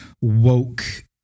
woke